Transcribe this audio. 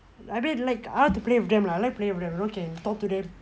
I mean like I want to play with them lah I like playing with them you know can talk to them